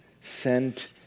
sent